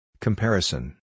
Comparison